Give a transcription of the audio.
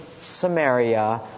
Samaria